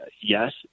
yes